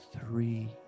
three